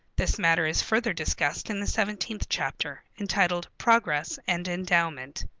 this matter is further discussed in the seventeenth chapter, entitled progress and endowment.